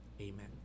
amen